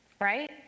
right